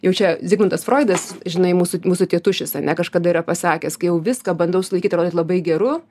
jaučia zigmundas froidas žinai mūsų mūsų tėtušis ane kažkada yra pasakęs kai jau viską bandau sulaikyt ir atrodyt labai geru